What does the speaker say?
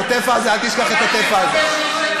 אתה אפילו לא שומע אותי.